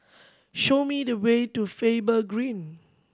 show me the way to Faber Green